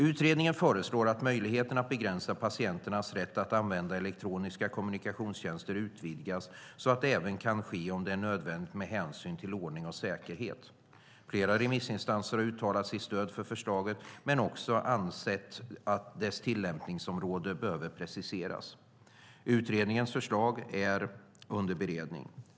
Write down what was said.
Utredningen föreslår att möjlighet att begränsa patienternas rätt att använda elektroniska kommunikationstjänster utvidgas så att det även kan ske om det är nödvändigt med hänsyn till ordning och säkerhet. Flera remissinstanser har uttalat sitt stöd för förslaget men också ansett att dess tillämpningsområde behöver preciseras. Utredningens förslag är under beredning.